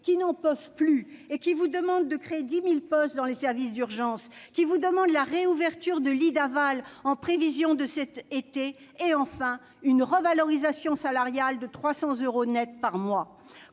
qui n'en peuvent plus. Ils vous réclament la création de 10 000 postes dans les services d'urgence, la réouverture de lits d'aval en prévision de cet été et, enfin, une revalorisation salariale de 300 euros nets par mois.